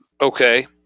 Okay